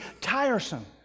tiresome